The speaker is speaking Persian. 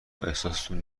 احساستون